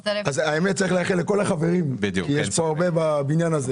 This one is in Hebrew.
צריך לאחל לכל החברים כי יש פה רבים שחלו בבניין הזה.